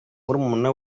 murumuna